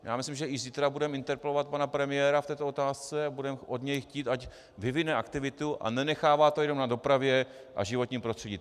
Já myslím, že i zítra budeme interpelovat pana premiéra v této otázce a budeme od něj chtít, ať vyvine aktivitu a nenechává to jenom na dopravě a životním prostředí.